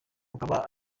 bukaba